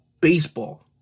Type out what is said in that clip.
baseball